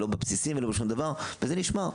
ולא בבסיסים ולא שום דבר וזה נשמר.